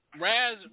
Raz